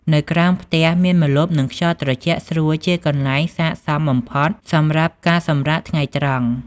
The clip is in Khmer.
នៅក្រោមផ្ទះមានម្លប់ និងខ្យល់ត្រជាក់ស្រួលជាកន្លែងសាកសមបំផុតសម្រាប់ការសម្រាកថ្ងៃត្រង់។